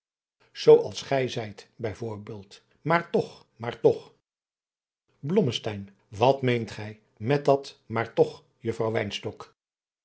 als gij zijt bij voorbeeld maar toch maar toch blommesteyn wat meent gij met dat maar toch juffrouw